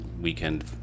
weekend